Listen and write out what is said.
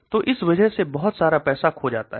तो इस वजह से बहुत सारा पैसा खो जाता है